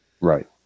right